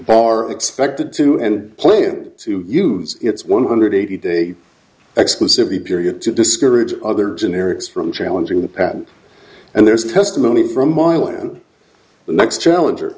are expected to and plan to use its one hundred eighty day exclusivity period to discourage other generics from challenging the patent and there's testimony from milan next challenger